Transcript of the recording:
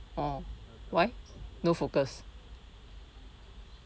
oh why no focus